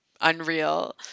unreal